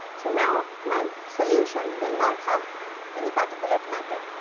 so, now, my solution will not have any particulate matter.